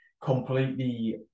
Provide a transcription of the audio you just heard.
completely